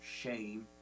shame